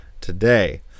today